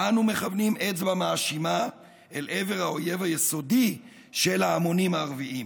אנו מכוונים אצבע מאשימה אל עבר האויב היסודי של ההמונים הערביים,